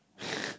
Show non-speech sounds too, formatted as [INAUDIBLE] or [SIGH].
[LAUGHS]